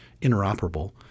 interoperable